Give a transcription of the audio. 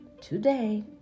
today